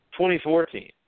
2014